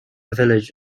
village